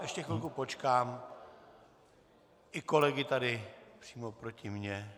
Ještě chvilku počkám i kolegové tady přímo proti mně!